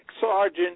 sergeant